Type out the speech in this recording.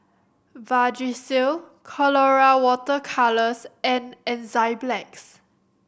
Vagisil Colora Water Colours and Enzyplex